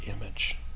image